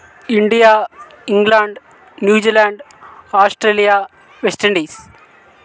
India England New Zealand Australia West Indies